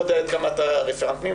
לא יודע עד כמה אתה רפרנט פנים,